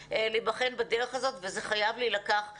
להיבחן בדרך הזאת וזה חייב להילקח בחשבון.